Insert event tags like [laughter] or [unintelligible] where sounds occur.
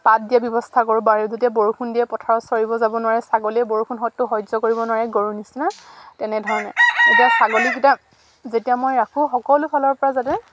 পাত দিয়াৰ ব্যৱস্থা কৰোঁ বাৰু যেতিয়া বৰষুণ দিয়ে পথাৰত চৰিব যাব নোৱাৰে ছাগলীয়ে বৰষুণ [unintelligible] সহ্য কৰিব নোৱাৰে গৰুৰ নিচিনা তেনেধৰণে এতিয়া ছাগলীকিটা যেতিয়া মই ৰাখোঁ সকলো ফালৰ পৰা যাতে